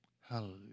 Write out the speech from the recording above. Hallelujah